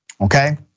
Okay